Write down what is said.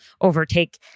overtake